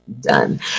done